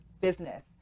business